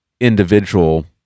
individual